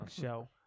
show